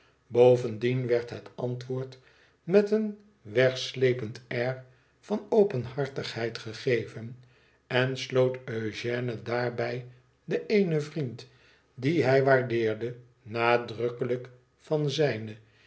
bovendien werd dat antwoord met een wegslepend air van openhartigheid gegeven en sloot eugène daarbij den eenen vriend dien hij waardeerde nadrukkelijk van zijne